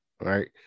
Right